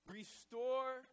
Restore